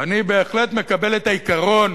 ואני בהחלט מקבל את העיקרון